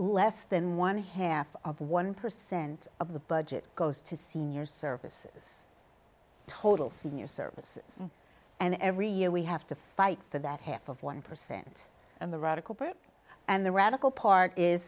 less than one half of one percent of the budget goes to senior services total senior services and every year we have to fight for that half of one percent of the radical group and the radical part is